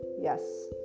Yes